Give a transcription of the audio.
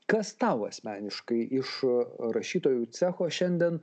kas tau asmeniškai iš rašytojų cecho šiandien